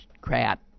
crap